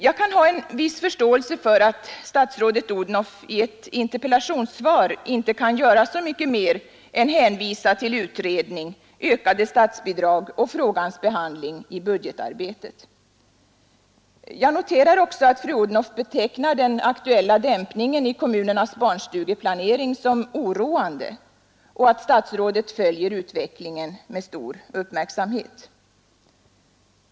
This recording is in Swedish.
Jag har en viss förståelse för att statsrådet Odhnoff i ett interpellationssvar inte kan göra så mycket mer än att hänvisa till utredning, ökade statsbidrag och frågans behandling i budgetarbetet. Jag noterar också att fru Odhnoff betecknar den aktuella dämpningen i kommunernas barnstugeplanering som oroande och att statsrådet följer utvecklingen med stor uppmärksamhet.